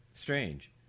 Strange